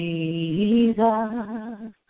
Jesus